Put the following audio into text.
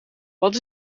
wat